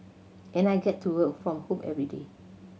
and I get to work from home everyday